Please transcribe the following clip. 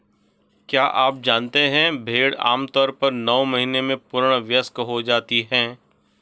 क्या आप जानते है भेड़ आमतौर पर नौ महीने में पूर्ण वयस्क हो जाती है?